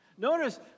Notice